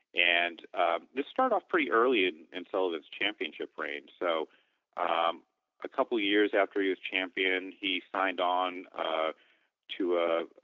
and ah this started off pretty early in and sullivan's championship reign. so ah um a couple of years after he was champion, he signed on ah to a